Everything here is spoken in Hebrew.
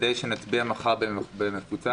אנחנו נצביע רק על הפיצול כדי שנצביע מחר במפוצל?